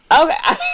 Okay